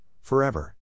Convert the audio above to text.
Forever